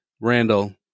Randall